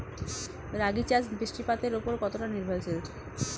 রাগী চাষ বৃষ্টিপাতের ওপর কতটা নির্ভরশীল?